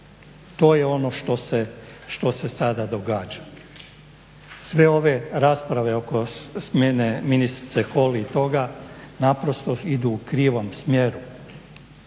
To je ono što se sada događa. Sve ove rasprave oko smjene ministrice Holy i toga naprosto idu u krivom smjeru.